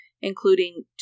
including